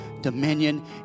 dominion